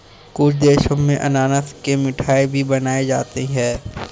कुछ देशों में अनानास से मिठाई भी बनाई जाती है